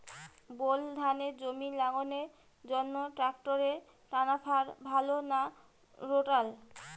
Bore ধানের জমি লাঙ্গলের জন্য ট্রাকটারের টানাফাল ভালো না রোটার?